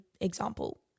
example